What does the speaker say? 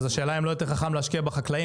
אז השאלה אם לא יותר חכם להשקיע בחקלאים